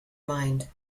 mind